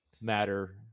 matter